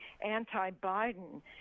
anti-biden